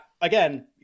again